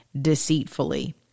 deceitfully